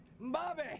Bobby